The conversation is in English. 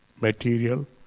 material